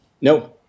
No